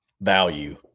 Value